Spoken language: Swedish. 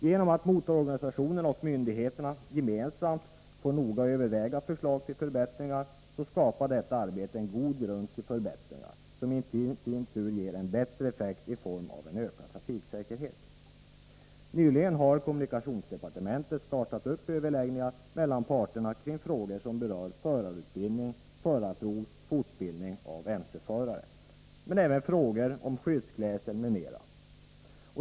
Genom att motororganisationerna och myndigheterna gemensamt får noggrant överväga förslag skapas en god grund till förbättringar, vilket i sin tur ger bättre effekt i form av en ökad trafiksäkerhet. Nyligen har kommunikationsdepartementet startat överläggningar mellan parterna kring frågor som berör förarutbildning, förarprov och fortbildning av mce-förare, men även frågor om skyddsklädsel m.m.